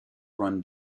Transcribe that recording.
run